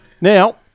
Now